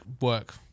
work